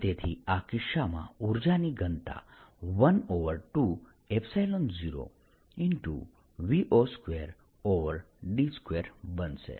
અને તેથી આ કિસ્સામાં ઉર્જાની ઘનતા 120V02d2 બનશે